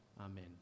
Amen